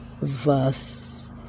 verse